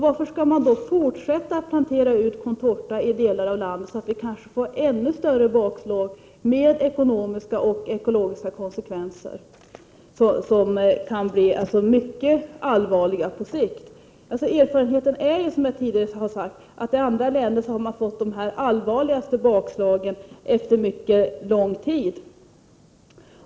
Varför skall man då fortsätta att plantera ut contorta i delar av landet, så att det kanske blir ännu större bakslag med ekonomiska och ekologiska konsekvenser, som kan bli mycket allvarliga på sikt? Erfarenheten från andra länder är, som jag tidigare har sagt, att de allvarligaste bakslagen har kommit efter mycket lång tid.